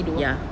ya